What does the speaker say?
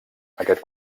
aquest